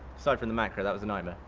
aside from the macro, that was a nightmare.